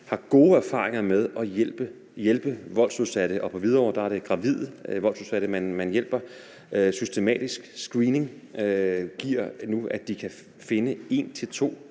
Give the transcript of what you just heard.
har gode erfaringer med at hjælpe voldsudsatte, og på Hvidovre Hospital er det gravide voldsudsatte, man hjælper. Systematisk screening gør nu, at de kan finde et til to